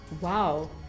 wow